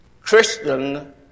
Christian